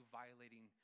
violating